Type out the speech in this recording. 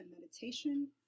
meditation